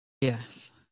Yes